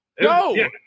No